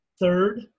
Third